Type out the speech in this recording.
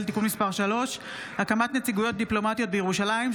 (תיקון מס' 3) (הקמת נציגויות דיפלומטיות בירושלים),